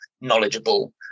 knowledgeable